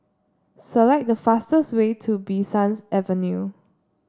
select the fastest way to Bee Sans Avenue